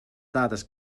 dades